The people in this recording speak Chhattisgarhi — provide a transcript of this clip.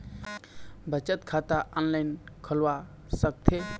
बचत खाता ऑनलाइन खोलवा सकथें?